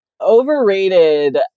Overrated